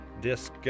Disc